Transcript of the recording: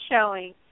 showing